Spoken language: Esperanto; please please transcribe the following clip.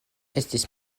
estas